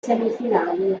semifinali